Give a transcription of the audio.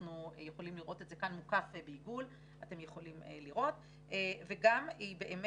אנחנו יכולים לראות את זה כאן מוקף בעיגול והיא הודיעה